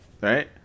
right